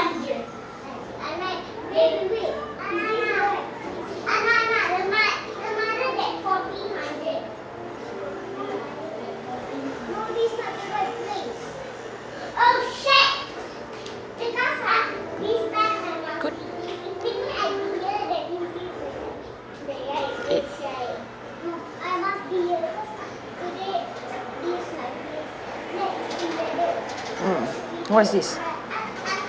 good it mm what is this